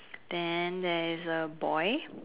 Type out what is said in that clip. then there is a boy